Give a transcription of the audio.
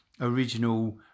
original